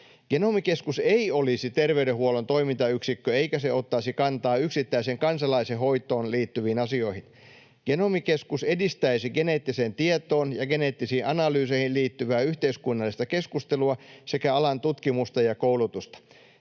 Genomikeskus ei olisi terveydenhuollon toimintayksikkö eikä se ottaisi kantaa yksittäisen kansalaisen hoitoon liittyviin asioihin. Genomikeskus edistäisi geneettiseen tietoon ja geneettisiin analyyseihin liittyvää yhteiskunnallista keskustelua sekä alan tutkimusta ja koulutusta.